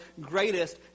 greatest